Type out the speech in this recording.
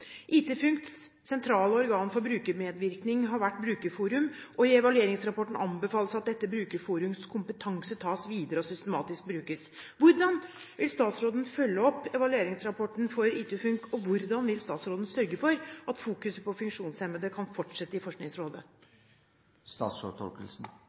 funks sentrale organ for brukermedvirkning har vært Brukerforum, og i evalueringsrapporten anbefales det at dette brukerforums kompetanse tas videre og systematisk brukes. Hvordan vil statsråden følge opp evalueringsrapporten for IT funk, og hvordan vil statsråden sørge for at fokuset på funksjonshemmede kan fortsette i